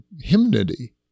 hymnody